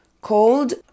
called